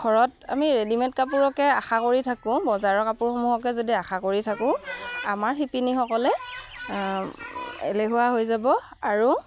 ঘৰত আমি ৰেডিমেড কাপোৰকে আশা কৰি থাকোঁ বজাৰৰ কাপোৰসমূহকে যদি আশা কৰি থাকোঁ আমাৰ শিপিনীসকলে এলেহুৱা হৈ যাব আৰু